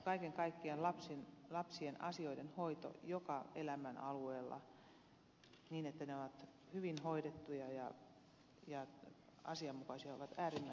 kaiken kaikkiaan lapsien asioiden hoito joka elämänalueella niin että ne ovat hyvin hoidettuja ja asianmukaisia on äärimmäisen tärkeää